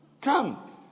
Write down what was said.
Come